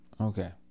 Okay